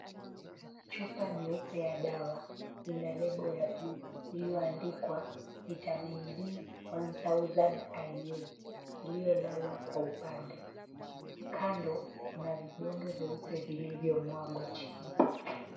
Chupa nyeupe ya dawa ina lebo ya bluu iliyoandikwa Vitamin D 1000 IU iliyolala kwa upande, kando kuna vidole vyeupe vilivyomwagwa chini.